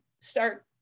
start